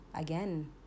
Again